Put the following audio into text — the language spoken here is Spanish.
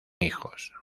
hijos